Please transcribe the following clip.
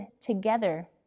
together